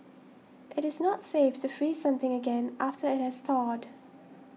it is not safe to freeze something again after it has thawed